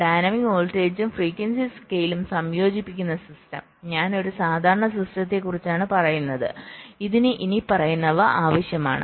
dynamic വോൾട്ടേജും frequency സ്കെയിലിംഗും സംയോജിപ്പിക്കുന്ന സിസ്റ്റം ഞാൻ ഒരു സാധാരണ സിസ്റ്റത്തെക്കുറിച്ചാണ് പറയുന്നത് ഇതിന് ഇനിപ്പറയുന്നവ ആവശ്യമാണ്